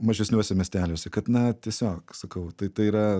mažesniuose miesteliuose kad na tiesiog sakau tai tai yra